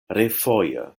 refoje